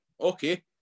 okay